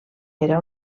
era